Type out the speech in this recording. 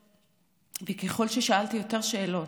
וככל ששאלתי יותר שאלות,